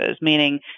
meaning